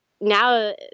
now